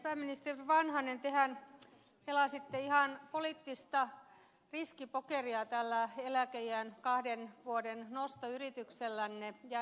pääministeri vanhanen tehän pelasitte ihan poliittista riskipokeria tällä eläkeiän kahden vuoden nostoyrityksellänne ja esityksellänne